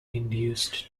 induced